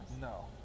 No